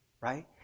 right